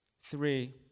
Three